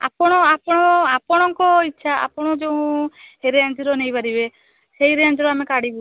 ଆପଣ ଆପଣ ଆପଣଙ୍କ ଇଚ୍ଛା ଆପଣ ଯେଉଁ ରେଞ୍ଜ୍ ର ନେଇପାରିବେ ସେଇ ରେଞ୍ଜ୍ ର ଆମେ କାଢ଼ିବୁ